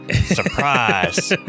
Surprise